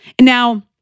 Now